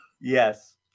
Yes